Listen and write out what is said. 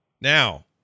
Now